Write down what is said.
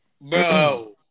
bro